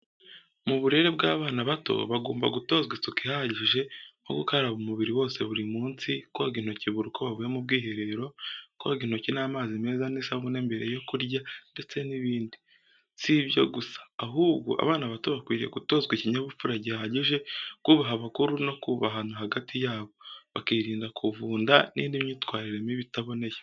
Mu burere bw’abana bato, bagomba gutozwa isuku ihagije, nko gukaraba umubiri wose buri munsi, koga intoki buri uko bavuye mu bwiherero, koga intoki n’amazi meza n’isabune mbere yo kurya, ndetse n’ibindi. Si ibyo gusa, ahubwo abana bato bakwiye gutozwa ikinyabupfura gihagije, kubaha abakuru no kubahana hagati yabo, bakirinda kuvunda n’indi myitwarire mibi itaboneye.